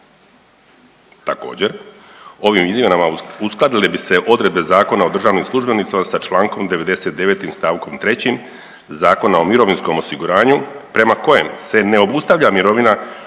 Također, osim izmjenama uskladile bi se odredbe Zakona o državnim službenicima sa čl. 99. st. 3. Zakona o mirovinskom osiguranju prema kojem se ne obustavlja mirovina